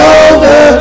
over